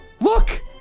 look